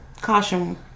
Caution